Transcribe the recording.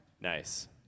Nice